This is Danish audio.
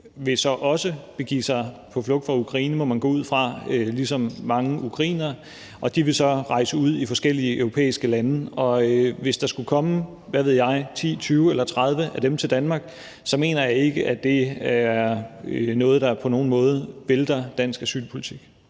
vil så også begive sig på flugt fra Ukraine, må man gå ud fra, ligesom mange ukrainere, og de vil så rejse ud til forskellige europæiske lande. Og hvis der skulle komme – hvad ved jeg – 10 eller 20 eller 30 af dem til Danmark, så mener jeg ikke, at det er noget, der på nogen måde vælter dansk asylpolitik.